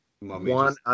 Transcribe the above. one